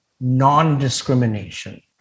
non-discrimination